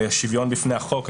שוויון בפני החוק.